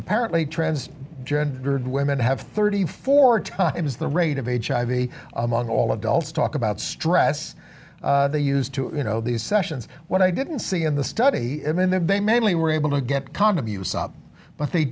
apparently trans gendered women have thirty four times the rate of h i v among all adults talk about stress they used to you know these sessions what i didn't see in the study in the bay mainly were able to get condom use up but they